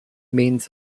means